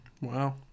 wow